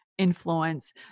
influence